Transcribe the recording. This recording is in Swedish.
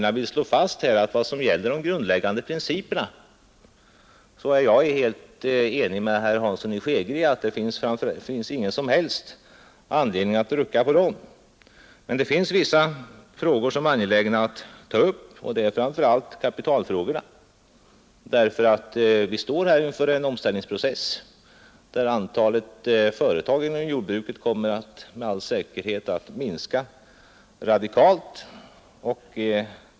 Jag vill slå fast att i vad gäller de grundläggande principerna är jag helt enig med herr Hansson i Skegrie om att det inte finns någon som helst anledning att rucka på dem. Men det finns vissa frågor som är angelägna att ta upp, och det är framför allt kapitalfrågorna. Vi står ju inför en omställningsprocess, som med all säkerhet innebär att antalet företag inom jordbruket kommer att minska radikalt.